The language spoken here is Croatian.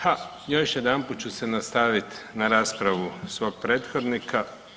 Ha, još jedanput ću se nastavit na raspravu svog prethodnika.